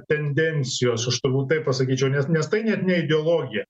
tendencijos aš turbūt taip pasakyčiau nes nes tai net ne ideologija